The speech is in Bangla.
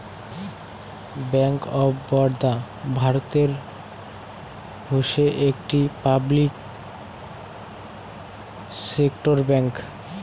ব্যাঙ্ক অফ বরোদা ভারতের হসে একটি পাবলিক সেক্টর ব্যাঙ্ক